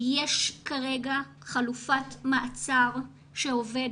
שיש כרגע חלופת מעצר שעובדת,